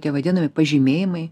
tie vadinami pažymėjimai